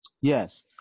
Yes